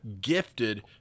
gifted